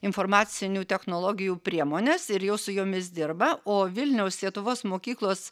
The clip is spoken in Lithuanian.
informacinių technologijų priemones ir jau su jomis dirba o vilniaus sietuvos mokyklos